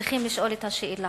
צריכים לשאול את השאלה: